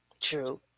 True